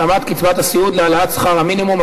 התאמת קצבת הסיעוד להעלאת שכר המינימום),